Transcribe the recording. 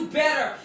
better